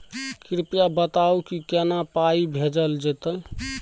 कृपया बताऊ की केना पाई भेजल जेतै?